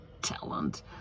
talent